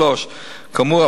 3. כאמור,